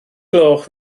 gloch